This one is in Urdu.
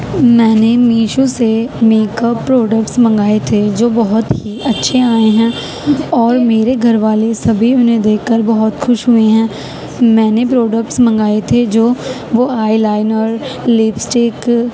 میں نے میشو سے میک اپ پروڈکٹس منگائے تھے جو بہت ہی اچھے آئے ہیں اور میرے گھر والے سبھی انہیں دیکھ کر بہت خوش ہوئے ہیں میں نے پروڈکٹس منگائے تھے جو وہ آئی لائنر لب اسٹک